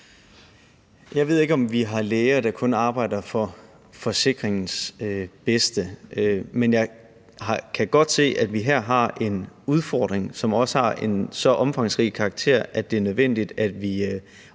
Jeg ved ikke, om vi har læger, der kun arbejder for forsikringens bedste, men jeg kan godt se, at vi her har en udfordring, som har en så omfangsrig karakter, at det er nødvendigt, at vi